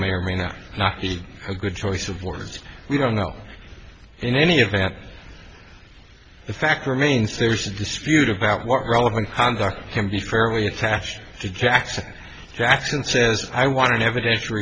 may or may not be a good choice of words we don't know in any event the fact remains there's a dispute about what relevant conduct can be fairly attached to jackson jackson says i want an eviden